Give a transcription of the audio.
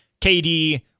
KD